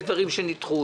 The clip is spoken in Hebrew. יש דברים שנדחו,